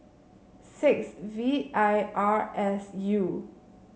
six V I R S U